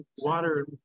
water